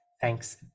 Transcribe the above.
thanks